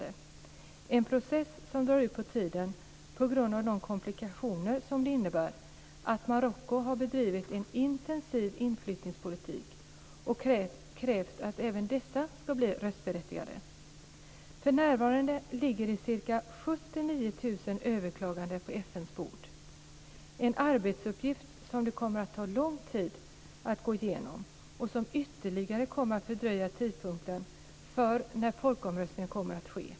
Det är en process som drar ut på tiden på grund av de komplikationer det innebär att Marocko har bedrivit en intensiv inflyttningspolitik och krävt att även dessa ska bli röstberättigade. För närvarande ligger det ca 79 000 överklaganden på FN:s bord, en arbetsuppgift som det kommer att ta lång tid att gå igenom och som ytterligare kommer att fördröja tidpunkten för när folkomröstningen kommer att ske.